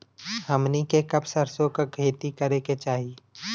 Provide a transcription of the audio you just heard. हमनी के कब सरसो क खेती करे के चाही?